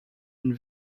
and